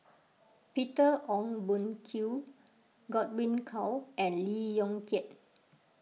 Peter Ong Boon Kwee Godwin Koay and Lee Yong Kiat